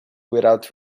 without